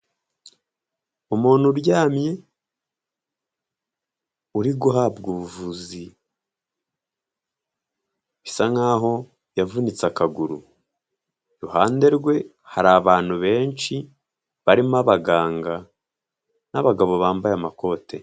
Umuntu uryamye; uri guhabwa ubuvuzi bisa nkaho yavunitse akaguru; iruhande rwe hari abantu benshi; barimo abaganga n'abagabo bambaye amakote.